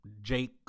Jake